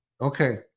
Okay